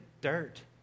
dirt